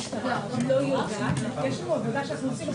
המידע המודיעיני שיש לי.